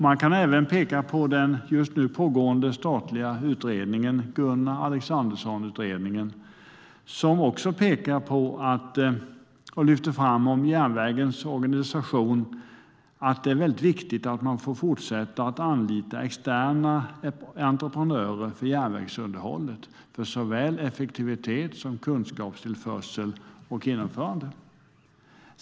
Man kan även peka på den just nu pågående statliga utredningen om järnvägens organisation - Gunnar Alexanderssons utredning - där det också lyfts fram att det är mycket viktigt att man får fortsätta att anlita externa entreprenörer för järnvägsunderhåll för såväl effektivitet som kunskapstillförsel och genomförande.